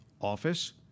office